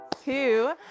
two